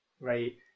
right